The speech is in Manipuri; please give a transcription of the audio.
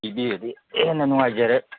ꯄꯤꯕꯤꯔꯗꯤ ꯍꯦꯟꯅ